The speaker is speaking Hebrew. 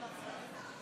54 נגד.